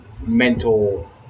mental